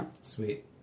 Sweet